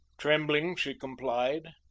trembling she complied,